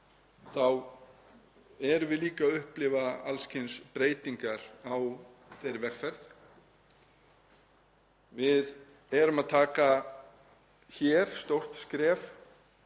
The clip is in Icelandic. þá erum við líka að upplifa alls kyns breytingar á þeirri vegferð. Við erum að stíga hér stórt skref,